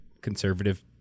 conservative